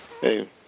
Hey